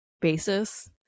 basis